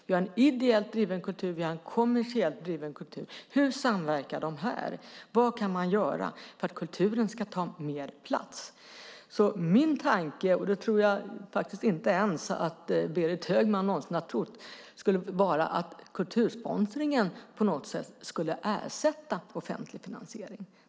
Vi har en ideellt driven kultur, och vi har en kommersiellt driven kultur. Hur samverkar de? Vad kan man göra för att kulturen ska ta mer plats? Min tanke - det tror jag inte heller att Berit Högman någonsin har trott - är inte att kultursponsringen på något sätt skulle ersätta offentlig finansiering.